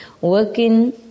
working